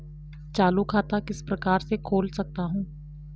चालू खाता किस प्रकार से खोल सकता हूँ?